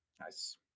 Nice